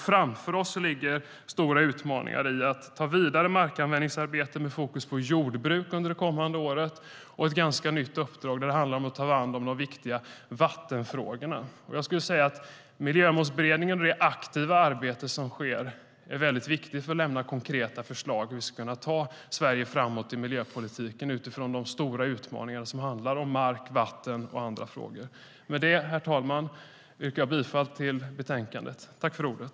Framför oss ligger stora utmaningar i att ta vidare markanvändningsarbete med fokus på jordbruk under det kommande året och ett ganska nytt uppdrag där det handlar om att ta hand om de viktiga vattenfrågorna. Miljömålsberedningen och det aktiva arbete som sker är viktigt för att lämna konkreta förslag på hur vi ska kunna ta Sverige framåt i miljöpolitiken utifrån de stora utmaningarna som handlar om mark, vatten och annat. Herr talman! Jag yrkar bifall till förslaget i betänkandet.